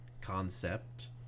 concept